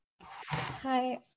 Hi